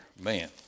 Man